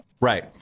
right